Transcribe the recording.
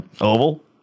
oval